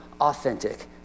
authentic